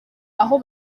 aho